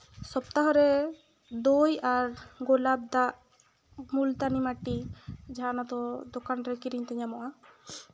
ᱥᱚᱯᱛᱟᱦᱚᱨᱮ ᱫᱳᱭ ᱟᱨ ᱜᱳᱞᱟᱯ ᱫᱟᱜ ᱱᱩᱞᱛᱟᱱᱤ ᱢᱟᱹᱴᱤ ᱡᱟᱦᱟᱸ ᱚᱱᱟ ᱫᱚ ᱫᱚᱠᱟᱱ ᱨᱮ ᱠᱤᱨᱤᱧ ᱛᱮ ᱧᱟᱢᱚᱜᱼᱟ